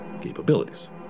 capabilities